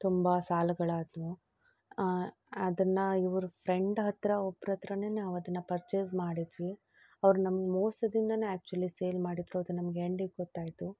ತುಂಬ ಸಾಲುಗಳಾದವು ಅದನ್ನು ಇವ್ರ ಫ್ರೆಂಡ್ ಹತ್ತಿರ ಒಬ್ರ ಹತ್ರನೇ ನಾವು ಅದನ್ನು ಪರ್ಚೇಸ್ ಮಾಡಿದ್ವಿ ಅವ್ರು ನಮ್ಮ ಮೋಸದಿಂದಲೇ ಆ್ಯಕ್ಚುಲಿ ಸೇಲ್ ಮಾಡಿದರು ಅದು ನಮ್ಗೆ ಎಂಡಿಗ್ ಗೊತ್ತಾಯಿತು